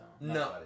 No